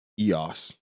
EOS